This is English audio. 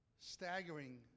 staggering